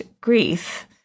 grief